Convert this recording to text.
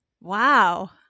Wow